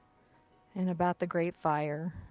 and about the great fire.